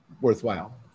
worthwhile